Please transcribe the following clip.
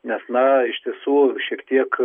nes na iš tiesų šiek tiek